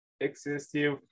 Excessive